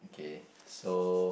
okay so